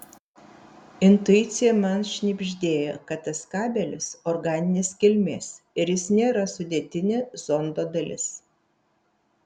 intuicija man šnibždėjo kad tas kabelis organinės kilmės ir jis nėra sudėtinė zondo dalis